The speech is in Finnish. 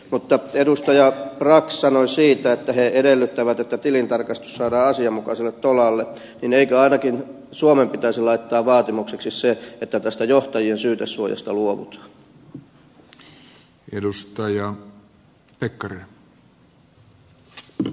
kun edustaja brax sanoi siitä että he edellyttävät että tilintarkastus saadaan asianmukaiselle tolalle niin eikö ainakin suomen pitäisi laittaa vaatimukseksi se että tästä johtajien syytesuojasta luovutaan